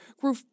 grew